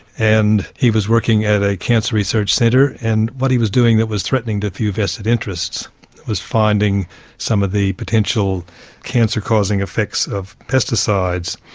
and he was working at a cancer research centre and what he was doing that was threatening to a few vested interests was finding some of the potential cancer-causing effects of pesticides.